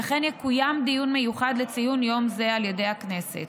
וכן יקוים דיון מיוחד לציון יום זה על ידי הכנסת.